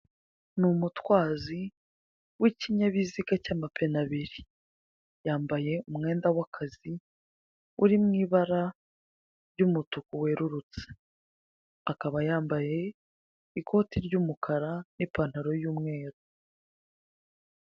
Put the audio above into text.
Ni umutwazi w'ikinyabiziga cy'amapine ambiri. Yambaye umwenda w'akazi uri mu ibara ry'umutuku werurutse. Akaba yambaye ikote ry'umukara n'ipantaro y'umweru.